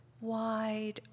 wide